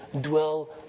dwell